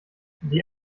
die